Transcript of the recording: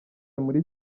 muri